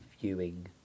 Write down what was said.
viewing